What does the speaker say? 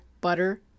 butter